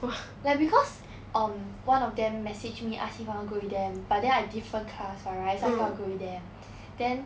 like because um one of them message me ask if I wanna go with them but then I different class [what] right so I cannot go with them then